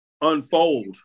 unfold